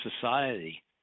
society